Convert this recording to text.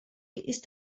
ist